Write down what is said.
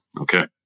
okay